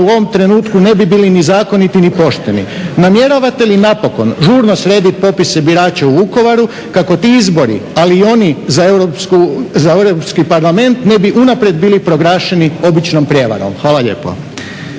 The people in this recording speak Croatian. u ovom trenutku ne bi bili ni zakoniti ni pošteni. Namjeravate li napokon žurno srediti popise birača u Vukovaru, kako ti izbori, ali i oni za Europski parlament ne bi unaprijed bili proglašeni običnom prijevarom. Hvala lijepo.